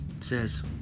says